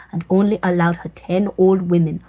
and only allowed her ten old women,